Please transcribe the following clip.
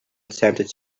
attempted